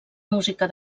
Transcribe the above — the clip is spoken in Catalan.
música